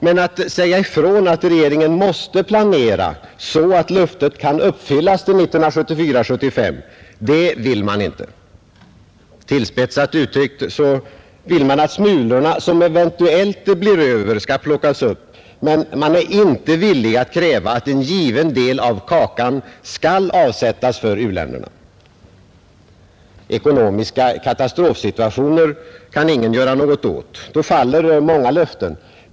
Men att säga ifrån att regeringen måste planera så att löftet kan uppfyllas till 1974/75 vill man inte. Tillspetsat uttryckt vill man att smulorna som eventuellt blir över skall plockas upp, men man är inte villig att kräva att en given del av kakan skall avsättas för u-länderna. Ekonomiska katastrofsituationer kan ingen göra något åt. Då faller många löften.